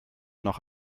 noch